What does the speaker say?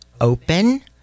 open